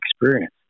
experience